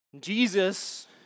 Jesus